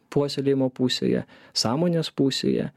puoselėjimo pusėje sąmonės pusėje